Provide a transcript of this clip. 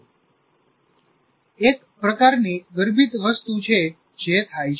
'એક પ્રકારની ગર્ભિત વસ્તુ છે જે થાય છે